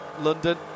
London